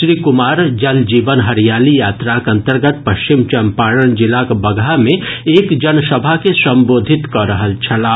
श्री कुमार जल जीवन हरियाली यात्राक अंतर्गत पश्चिम चंपारण जिलाक बगहा मे एक जनसभा के संबोधित कऽ रहल छलाह